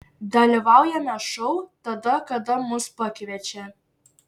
dalyvaujame šou tada kada mus pakviečia